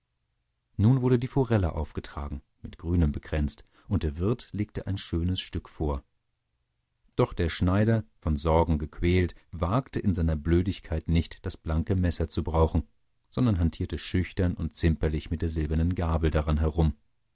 nun wurde die forelle aufgetragen mit grünem bekränzt und der wirt legte ein schönes stück vor doch der schneider von sorgen gequält wagte in seiner blödigkeit nicht das blanke messer zu brauchen sondern hantierte schüchtern und zimperlich mit der silbernen gabel daran herum